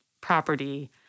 property